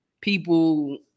people